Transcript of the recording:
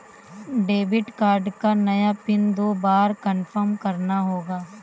debit card का नया pin दो बार कन्फर्म करना होगा